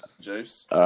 Juice